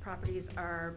properties are